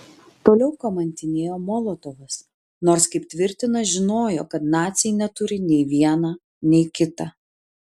toliau kamantinėjo molotovas nors kaip tvirtina žinojo kad naciai neturi nei viena nei kita